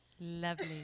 lovely